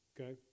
okay